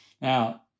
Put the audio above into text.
Now